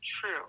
true